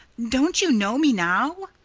don't you know me now?